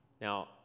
Now